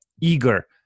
eager